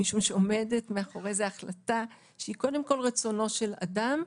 משום שעומדת מאחורי זה החלטה שהיא קודם כל רצונו של אדם.